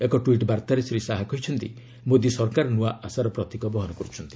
ଏକ ଟ୍ୱିଟ୍ ବାର୍ତ୍ତାରେ ଶ୍ରୀ ଶାହା କହିଛନ୍ତି ମୋଦୀ ସରକାର ନୂଆ ଆଶାର ପ୍ରତିକ ବହନ କରୁଛନ୍ତି